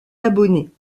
abonnés